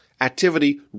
activity